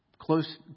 close